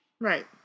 Right